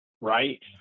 right